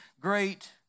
great